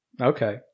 Okay